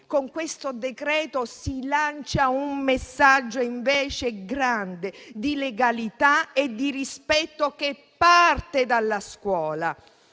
Con questo decreto si lancia invece un messaggio grande di legalità e di rispetto, che parte dalla scuola.